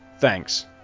Thanks